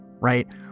right